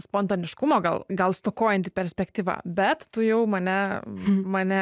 spontaniškumo gal gal stokojanti perspektyva bet tu jau mane mane